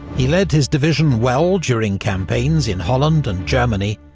he led his division well during campaigns in holland and germany,